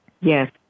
Yes